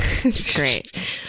Great